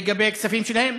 לגבי הכספים שלהם.